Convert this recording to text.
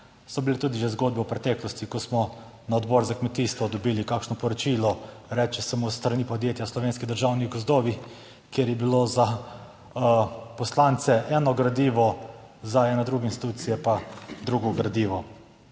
so bile tudi že zgodbe v preteklosti, ko smo na Odboru za kmetijstvo dobili kakšno poročilo, reče se mu s strani podjetja Slovenski državni gozdovi, kjer je bilo za poslance eno gradivo, za ene druge institucije pa drugo gradivo.